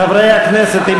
חברי הכנסת,